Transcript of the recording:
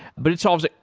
but it solves,